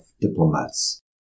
diplomats